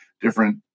different